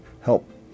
help